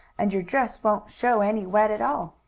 and your dress won't show any wet at all.